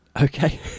Okay